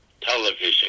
television